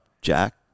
Jack